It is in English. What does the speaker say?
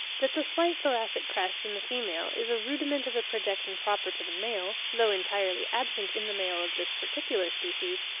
that the slight thoracic crest in the female is a rudiment of a projection proper to the male, though entirely absent in the male of this particular species,